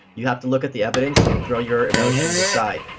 you have to look at the evidence and throw your emotions aside.